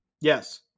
Yes